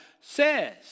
says